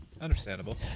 Understandable